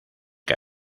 que